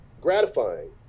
gratifying